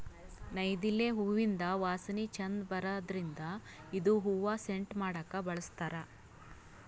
ನೈದಿಲೆ ಹೂವಿಂದ್ ವಾಸನಿ ಛಂದ್ ಬರದ್ರಿನ್ದ್ ಇದು ಹೂವಾ ಸೆಂಟ್ ಮಾಡಕ್ಕ್ ಬಳಸ್ತಾರ್